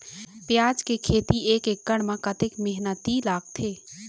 प्याज के खेती एक एकड़ म कतक मेहनती लागथे?